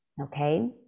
okay